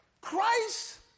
Christ